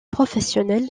professionnel